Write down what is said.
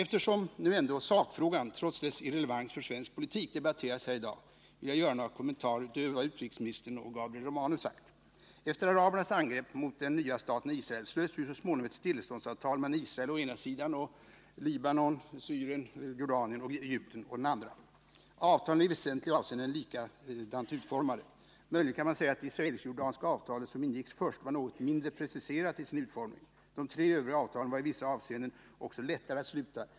Eftersom nu ändå sakfrågan trots dess irrelevans för svensk politik debatteras här i dag vill jag göra några kommentarer utöver vad utrikesministern och Gabriel Romanus har sagt. Efter arabernas angrepp mot den nya staten Israel slöts ju så småningom stilleståndsavtal mellan Israel å ena sidan och Libanon, Syrien, Jordanien och Egypten å den andra. Avtalen är i väsentliga avseenden likadant utformade. Möjligen kan man säga att det israelisk/jordanska avtalet, som ingicks först, var något mindre preciserat i sin utformning. De tre övriga avtalen var i vissa avseenden också lättare att sluta.